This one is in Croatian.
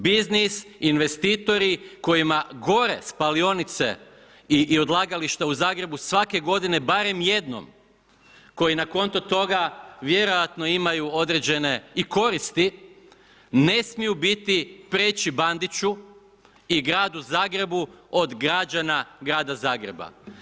Biznis, investitori kojima gore spalionice i odlagališta u Zagrebu svake godine barem jednom koji na konto toga vjerojatno imaju određene i koristi, ne smiju biti preći Bandiću i gradu Zagrebu od građana grada Zagreba.